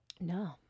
No